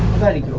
study